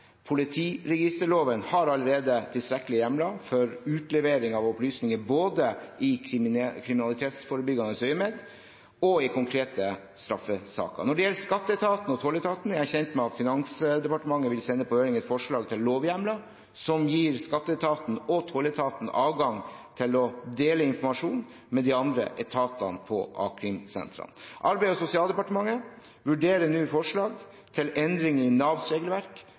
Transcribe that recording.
Politiregisterloven har allerede tilstrekkelige hjemler for utlevering av opplysninger både i kriminalitetsforebyggende øyemed og i konkrete straffesaker. Når det gjelder Skatteetaten og tolletaten, er jeg kjent med at Finansdepartementet vil sende på høring et forslag til lovhjemler som gir Skatteetaten og tolletaten adgang til å dele informasjon med de andre etatene på a-krimsentrene. Arbeids- og sosialdepartementet vurderer nå forslag til endringer i